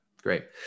Great